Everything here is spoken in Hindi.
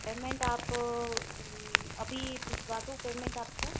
पेमेंट आप अभी भिजवा दूँ पेमेंट आपको